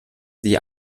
die